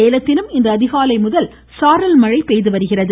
சேலத்திலும் இன்று அதிகாலை முதல் சாரல் மழை பெய்து வருகிறது